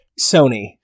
Sony